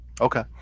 Okay